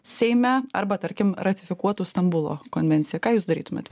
seime arba tarkim ratifikuotų stambulo konvenciją ką jūs darytumėt